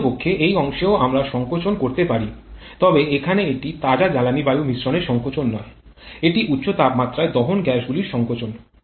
প্রকৃতপক্ষে এই অংশেও আমরা সংকোচন করতে পারি তবে এখানে এটি তাজা জ্বালানী বায়ু মিশ্রণের সংকোচন নয় এটি উচ্চ তাপমাত্রার দহন গ্যাসগুলির সংকোচন